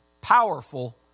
powerful